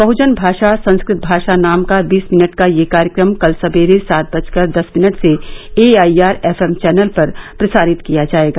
बहुजन भाषा संस्कृत भाषा नाम का बीस मिनट का यह कार्यक्रम कल सयेरे सात बजकर दस मिनट से एआईआर एफएम चैनल पर प्रसारित किया जाएगा